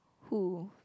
who